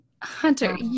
Hunter